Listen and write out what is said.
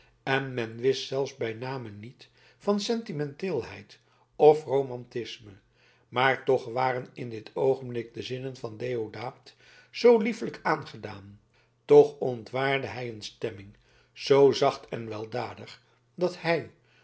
en men wist zelfs bij name niet van sentimenteelheid of romantisme maar toch waren in dit oogenblik de zinnen van deodaat zoo liefelijk aangedaan toch ontwaarde hij een stemming zoo zacht en weldadig dat hij